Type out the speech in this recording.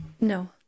No